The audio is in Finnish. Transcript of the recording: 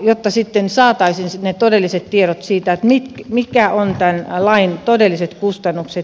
jotta sitten saataisiin todelliset tiedot siitä mitkä ovat tämän lain todelliset kustannukset